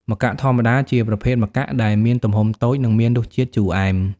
ម្កាក់ធម្មតា ជាប្រភេទម្កាក់ដែលមានទំហំតូច និងមានរសជាតិជូរអែម។